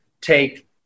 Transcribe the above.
take